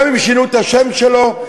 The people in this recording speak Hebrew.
גם אם שינו את השם שלו,